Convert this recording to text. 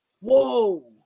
Whoa